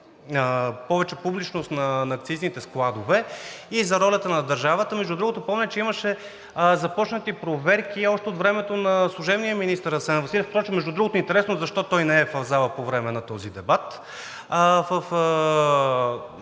повече публичност на акцизните складове и за ролята на държавата, между другото, помня, че имаше започнати проверки още от времето на служебния министър Асен Василев, а интересно е защо той не е в залата по време на този дебат